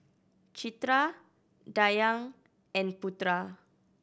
Citra Dayang and Putra